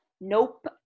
Nope